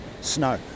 snow